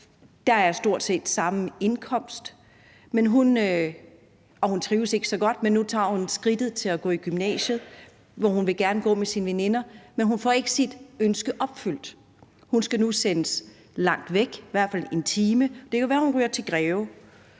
set er den samme indkomst. Hun trives ikke så godt, men nu tager hun skridtet til at gå i gymnasiet, hvor hun gerne vil gå med sine veninder. Men hun får ikke sit ønske opfyldt, og hun skal nu sendes langt væk, i hvert fald en time, og det kan være, at hun ryger til Greve.